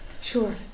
Sure